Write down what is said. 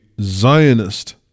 Zionist